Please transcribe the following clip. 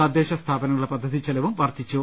തദ്ദേശ സ്ഥാപനങ്ങളുടെ പദ്ധതി ചെലവും വർദ്ധിച്ചു